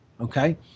Okay